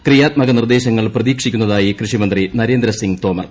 ക്രിയാത്മക നിർദ്ദേശങ്ങൾ പ്രതീക്ഷിക്കുന്നതായി കൃഷി മന്ത്രി നരേന്ദ്ര സിംഗ് തോമർ